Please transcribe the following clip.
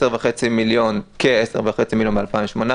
כ-10.5 מיליון ב-2018,